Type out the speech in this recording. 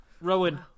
Rowan